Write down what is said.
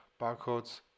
barcodes